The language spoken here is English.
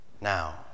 Now